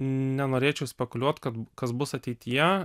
nenorėčiau spekuliuot kad kas bus ateityje